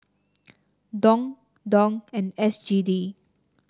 Dong Dong and S G D